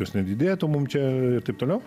jos nedidėtų mum čia ir taip toliau